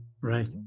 Right